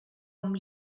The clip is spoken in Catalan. hom